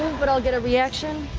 but i'll get a reaction?